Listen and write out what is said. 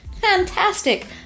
fantastic